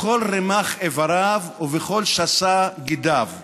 בכל רמ"ח איבריו ובכל שס"ה גידיו.